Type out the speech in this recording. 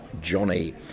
Johnny